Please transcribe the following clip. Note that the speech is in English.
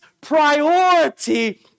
priority